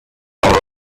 all